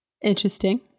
Interesting